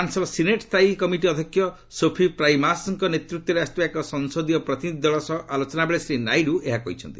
ଫ୍ରାନ୍ବର senate ସ୍ଥାୟୀ committee ଅଧ୍ୟକ୍ଷ ସୋଫିପ୍ରାଇମାସ୍ଙ୍କ ନେତୃତ୍ୱରେ ଆସିଥିବା ଏକ ସଂସଦୀୟ ପ୍ରତିନିଧି ଦଳ ସହ ଆଲୋଚନା ବେଳେ ଶ୍ରୀ ନାଇଡୁ ଏହା କହିଛନ୍ତି